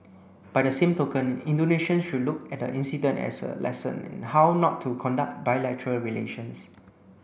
by the same token Indonesian should look at the incident as a lesson in how not to conduct bilateral relations